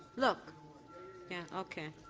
look yeah, okay.